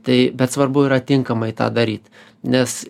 tai bet svarbu yra tinkamai tą daryt nes